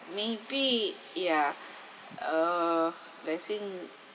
maybe ya a blessing